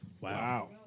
Wow